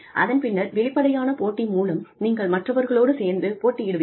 அதன் பின்னர் வெளிப்படையான போட்டி மூலம் நீங்கள் மற்றவர்களோடு சேர்ந்து போட்டியிடுவீர்கள்